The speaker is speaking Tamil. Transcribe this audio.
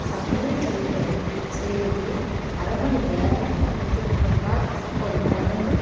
சமையல் செய்வதற் செய்வதில் அரை மணி நேரம் எடுத்துக் கொண்டால் ஸ் ஒரு குழம்பு